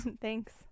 Thanks